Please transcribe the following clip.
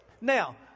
Now